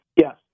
Yes